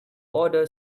order